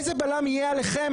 איזה בלם יהיה עליכם,